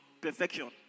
perfection